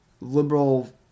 liberal